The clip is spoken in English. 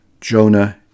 Jonah